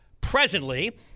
presently